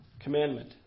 commandment